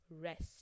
rest